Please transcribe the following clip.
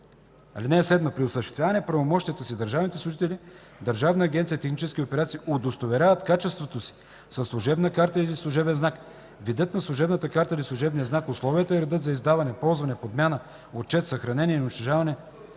председателя. (7) При осъществяване на правомощията си държавните служители в Държавна агенция „Технически операции” удостоверяват качеството си със служебна карта или служебен знак. Видът на служебната карта или служебния знак, условията и редът за издаване, ползване, подмяна, отчет, съхранение и унищожаване